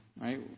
right